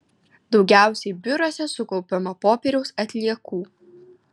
daugiausiai biuruose sukaupiama popieriaus atliekų